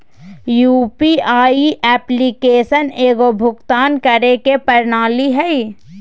UPI application एगो भुक्तान करे के प्रणाली हइ